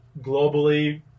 globally